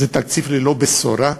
זה תקציב ללא בשורה.